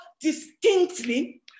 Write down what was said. distinctly